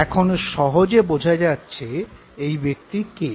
এখন সহজে বোঝা যাচ্ছে এই ব্যক্তি কে